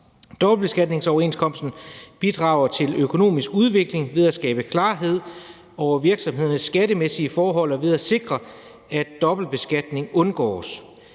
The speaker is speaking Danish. Dobbeltbeskatningsoverenskomsten bidrager til økonomisk udvikling ved at skabe klarhed over virksomhedernes skattemæssige forhold og ved at sikre, at dobbeltbeskatning undgås.